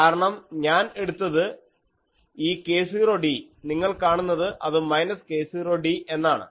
കാരണം ഞാൻ എടുത്തത് ഈ k0d നിങ്ങൾ കാണുന്നത് അത് മൈനസ് k0d എന്നാണ്